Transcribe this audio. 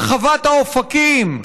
הרחבת האופקים,